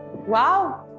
wow!